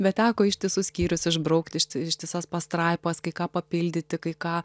bet teko ištisus skyrius išbraukti iš ištisas pastraipas kai ką papildyti kai ką